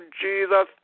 Jesus